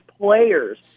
players